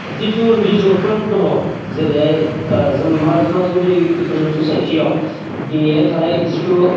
जितु रिजर्दफोर दङ जेरैहाय जोंनि मावजिगेन्द्रि एकोदोजम सचाइटियाव बेहाय थानाय जितु